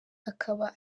akaba